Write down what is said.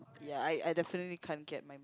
ya I I definitely can't get my